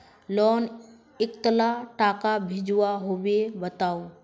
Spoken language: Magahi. लोन कतला टाका भेजुआ होबे बताउ?